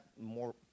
more